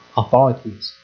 authorities